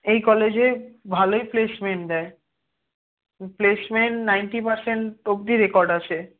এই কলেজে ভালোই প্লেসমেন্ট দেয় প্লেসমেন্ট নাইন্টি পার্সেন্ট অব্দি রেকর্ড আছে